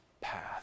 path